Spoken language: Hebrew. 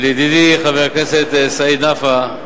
לידידי חבר הכנסת סעיד נפאע,